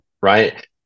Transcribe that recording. Right